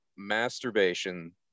masturbation